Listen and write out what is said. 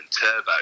turbo